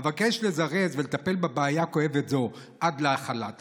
אבקש לזרז ולטפל בבעיה כואבת זו עד להחלת החוק,